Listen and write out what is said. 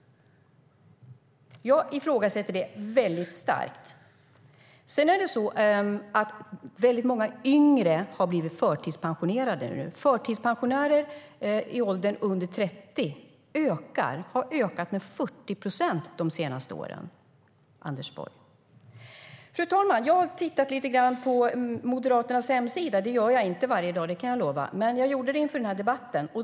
Jag ifrågasätter det starkt. Det är också så att många yngre har blivit förtidspensionerade. Förtidspensionärer i åldern under 30 har ökat med 40 procent de senaste åren, Anders Borg. Fru talman! Jag har tittat lite grann på Moderaternas hemsida. Det gör jag inte varje dag, kan jag lova, men jag gjorde det inför den här debatten.